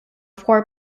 four